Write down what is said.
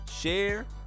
share